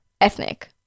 ethnic